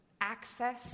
access